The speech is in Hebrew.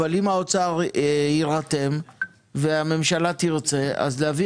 אבל אם האוצר יירתם והממשלה תרצה אז להביא